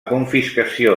confiscació